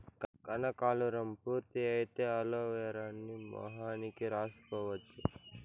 కనకాలురం పూర్తి అయితే అలోవెరాను మొహానికి రాసుకోవచ్చు